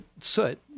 soot